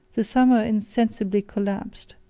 the summer insensibly elapsed,